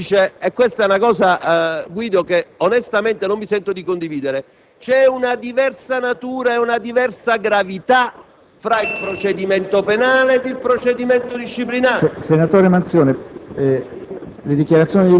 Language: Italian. afferma - e questa è una cosa, Guido, che onestamente non mi sento di condividere - che c'è una diversa natura e una diversa gravità tra il procedimento penale e il procedimento disciplinare.